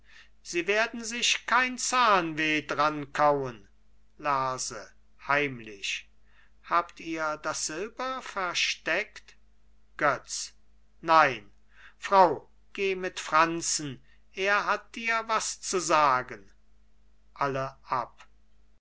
sie werden sich kein zahnweh dran kauen lerse heimlich habt ihr das silber versteckt götz nein frau geh mit franzen er hat dir was zu sagen